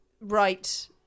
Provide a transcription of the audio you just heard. right